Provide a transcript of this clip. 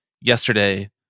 yesterday